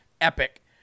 Epic